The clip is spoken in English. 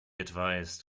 advised